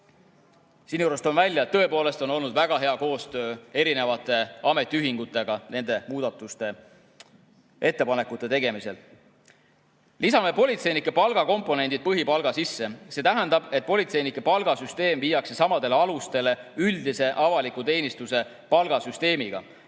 Siinjuures toon välja, et tõepoolest on olnud väga hea koostöö erinevate ametiühingutega nende muudatusettepanekute tegemisel. Lisame politseiniku palga komponendid põhipalga sisse. See tähendab, et politseinike palgasüsteem viiakse samadele alustele üldise avaliku teenistuse palgasüsteemiga.